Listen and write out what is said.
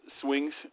swings